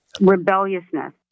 Rebelliousness